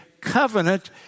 covenant